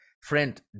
friend